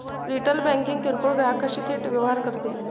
retail banking किरकोळ ग्राहकांशी थेट व्यवहार करते